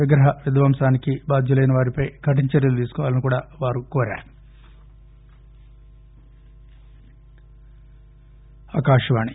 విగ్రహ విధ్వంసానికి బాధ్యులైన వారిపై కఠిన చర్యలు తీసుకోవాలని కూడా వారు విజ్ఞప్తి చేశారు